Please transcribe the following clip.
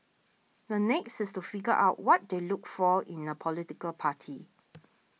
the next is to figure out what they looked for in a political party